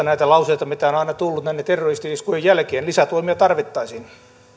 näitä lauseita mitä on aina tullut näiden terroristi iskujen jälkeen lisätoimia tarvittaisiin